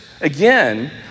Again